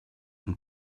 and